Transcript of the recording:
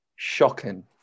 shocking